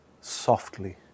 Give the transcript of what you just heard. softly